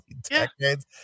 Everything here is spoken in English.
decades